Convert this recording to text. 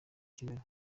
kigali